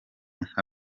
nka